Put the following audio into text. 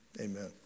Amen